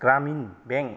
Gramin bank